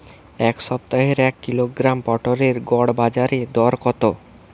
এ সপ্তাহের এক কিলোগ্রাম পটলের গড় বাজারে দর কত?